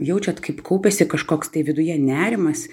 jaučiat kaip kaupiasi kažkoks tai viduje nerimas